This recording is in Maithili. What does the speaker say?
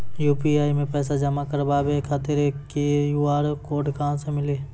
यु.पी.आई मे पैसा जमा कारवावे खातिर ई क्यू.आर कोड कहां से मिली?